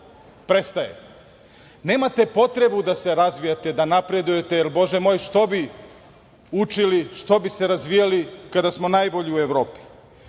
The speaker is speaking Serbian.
prestaje. Nemate potrebu da se razvijate, da napredujete, jer bože moj, što bi učili, što bi se razvijali kada smo najbolji u Evropi.